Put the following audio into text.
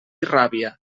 ràbia